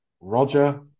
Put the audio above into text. Roger